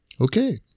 Okay